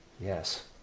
Yes